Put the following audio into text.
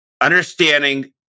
understanding